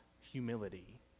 humility